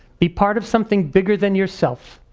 be part of something bigger than yourself,